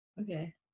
Okay